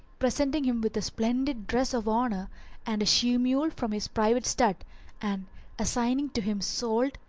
presenting him with a splendid dress of honour and a she mule from his private stud and assigning to him solde,